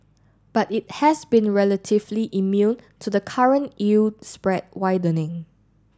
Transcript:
but it has been relatively immune to the current yield spread widening